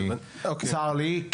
צר לי,